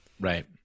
right